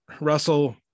russell